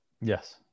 Yes